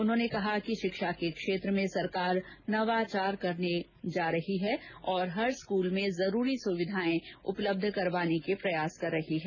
उन्होंने कहा कि शिक्षा के क्षेत्र में सरकार नवाचार करने जा रही हैं और हर विद्यालय में जरूरी सुविधाए उपलब्ध करवाने के प्रयास कर रही है